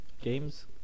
games